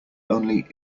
only